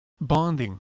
Bonding